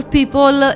People